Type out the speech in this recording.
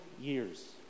years